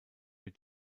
wird